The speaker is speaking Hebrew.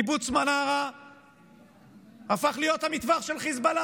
קיבוץ מנרה הפך להיות המטווח של חיזבאללה.